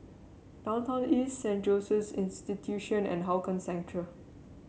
Downtown East Saint Joseph's Institution and Hougang Central